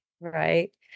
Right